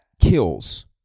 kills